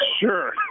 Sure